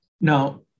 Now